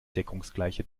deckungsgleiche